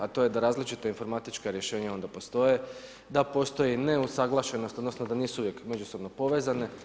A to je da različita informatička rješenja onda postoje, da postoji neusaglašenost, odnosno da nisu uvijek međusobno povezane.